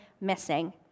missing